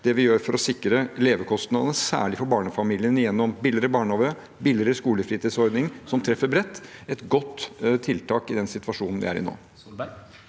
det vi gjør for å sikre levekostnadene, særlig for barnefamiliene gjennom billigere barnehage og billigere skolefritidsordning, som treffer bredt – et godt tiltak i den situasjonen vi er i nå.